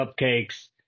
cupcakes